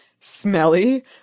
Smelly